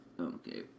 okay